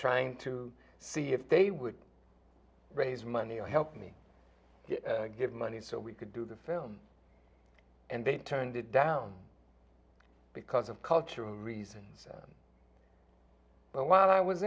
trying to see if they would raise money or help me get money so we could do the film and they turned it down because of cultural reasons but when i was